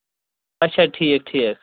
اچھا ٹھیٖک ٹھیٖک